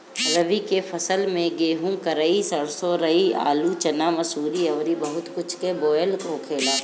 रबी के फसल में गेंहू, कराई, सरसों, राई, आलू, चना, मसूरी अउरी बहुत कुछ के बोआई होखेला